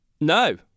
No